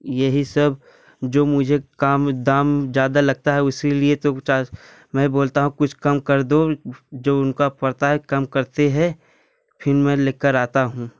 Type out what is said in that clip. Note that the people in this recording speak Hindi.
यही सब जो मुझे काम दाम ज़्यादा लगता है उसी लिए तो मैं बोलता हूँ कुछ कम कर दो जो उनका पड़ता है कम करते हैं फिर मैं लेकर आता हूँ